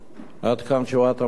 עד כאן תשובת המשרד.